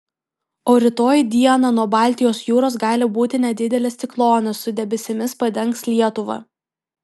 o rytoj dieną nuo baltijos jūros gali būti nedidelis ciklonas su debesimis padengs lietuvą